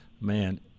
man